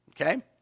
Okay